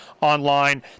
online